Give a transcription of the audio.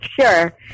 Sure